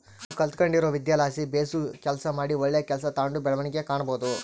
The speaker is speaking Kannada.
ನಾವು ಕಲಿತ್ಗಂಡಿರೊ ವಿದ್ಯೆಲಾಸಿ ಬೇಸು ಕೆಲಸ ಮಾಡಿ ಒಳ್ಳೆ ಕೆಲ್ಸ ತಾಂಡು ಬೆಳವಣಿಗೆ ಕಾಣಬೋದು